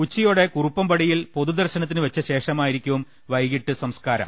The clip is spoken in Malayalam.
ഉച്ച യോടെ കുറുപ്പംപടിയിൽ പൊതുദർശനത്തിന് വെച്ചശേഷമായി രിക്കും വൈകിട്ട് സംസ്കാരം